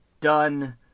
done